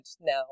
now